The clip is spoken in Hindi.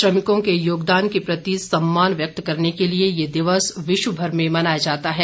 श्रमिकों के योगदान के प्रति सम्मान व्यक्त करने के लिए यह दिवस विश्वभर में मनाया जाता है